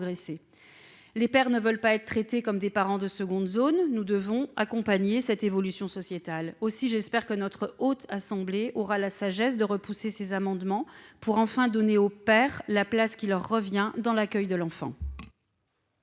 Les pères ne veulent pas être traités comme des parents de seconde zone : nous devons accompagner cette évolution sociétale. Aussi, j'espère que la Haute Assemblée aura la sagesse de repousser ces amendements, pour enfin donner aux pères la place qui leur revient dans l'accueil de l'enfant.